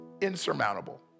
insurmountable